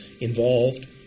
involved